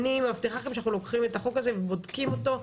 אני מבטיחה לכם שאנחנו לוקחים את החוק הזה ובודקים אותו,